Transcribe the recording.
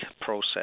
process